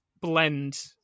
blend